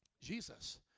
Jesus